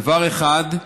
דבר אחד,